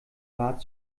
bat